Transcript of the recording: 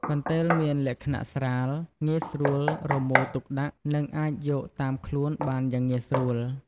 កន្ទេលមានលក្ខណៈស្រាល ងាយស្រួលរមូរទុកដាក់ និងអាចយកតាមខ្លួនបានយ៉ាងងាយស្រួល។